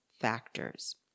factors